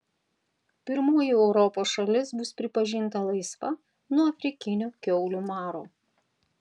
pirmoji europos šalis bus pripažinta laisva nuo afrikinio kiaulių maro